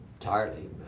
entirely